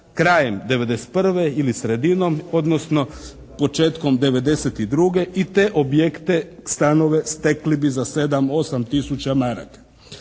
krajem '91. ili sredinom odnosno početkom '92. i te objekte, stanove, stekli bi za 7, 8 tisuća maraka.